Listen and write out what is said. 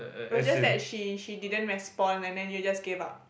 was just that she she didn't respond and then you just gave up